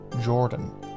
Jordan